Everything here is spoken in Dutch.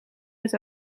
het